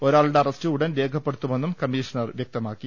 ഒരാളുടെ അറസ്റ്റ് ഉടൻ രേഖപ്പെടുത്തുമെന്നും കമ്മീഷണർ വ്യക്തമാക്കി